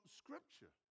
scripture